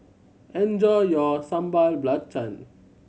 enjoy your Sambal Belacan